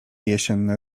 jesienne